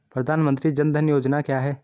प्रधानमंत्री जन धन योजना क्या है?